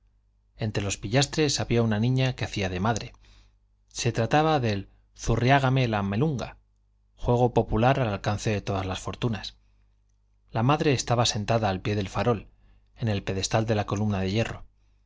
entre los pillastres había una niña que hacía de madre se trataba del zurriágame la melunga juego popular al alcance de todas las fortunas la madre estaba sentada al pie del farol en el pedestal de la columna de hierro